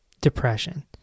depression